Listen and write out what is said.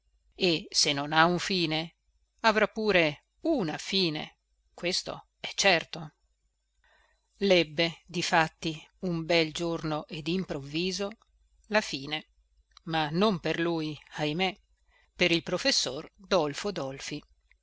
e se non ha un fine avrà pure una fine questo è certo lebbe difatti un bel giorno e dimprovviso la fine ma non per lui ahimé per il professor dolfo dolfi